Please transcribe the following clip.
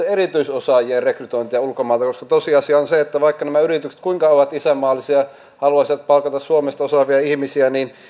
erityisosaajien rekrytointia ulkomailta koska tosiasia on se että vaikka nämä yritykset kuinka ovat isänmaallisia haluaisivat palkata suomesta osaavia ihmisiä niin